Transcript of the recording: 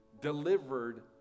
delivered